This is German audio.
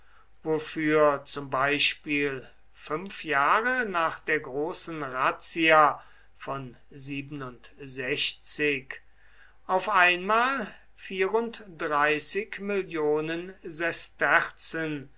wofür zum beispiel fünf jahre nach der großen razzia von auf einmal